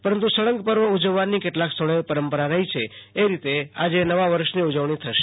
પરંતુ સળંગ પર્વ ઉજવવાની કેટલાક સ્થળોએ પરંપરા રહી છે એ રીતે આજે નવા વર્ષની ઉજવણી થશે